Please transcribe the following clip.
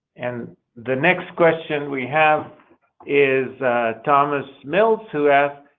and the next question we have is thomas mills, who asks,